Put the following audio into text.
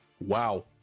Wow